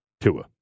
Tua